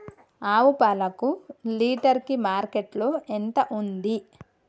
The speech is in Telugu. ఆవు పాలకు లీటర్ కి మార్కెట్ లో ఎంత ఉంది?